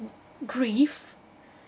grief